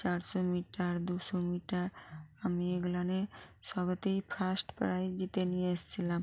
চারশো মিটার দুশো মিটার আমি এগুলোতে সবেতেই ফার্স্ট প্রাইজ জিতে নিয়ে এসেছিলাম